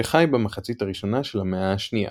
שחי במחצית הראשונה של המאה ה-2.